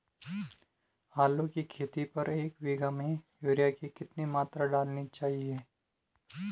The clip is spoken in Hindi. आलू की खेती पर एक बीघा में यूरिया की कितनी मात्रा डालनी चाहिए?